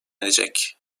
edecek